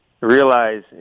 realize